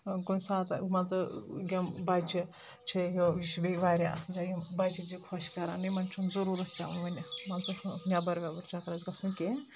کُنہِ ساتہٕ مان ژٕ یِم بَچہٕ چھِ یہِ چھِ بیٚیہِ واریاہ اَصٕل جایہِ یِم بَچہٕ چھِ خۄش کَران یِمَن چھُنہٕ ضروٗرَتھ پیٚوان وٕنہِ مان ژٕ نؠبر ویبر چھُ چکرس گژھُن کینٛہہ